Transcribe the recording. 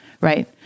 right